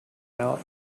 out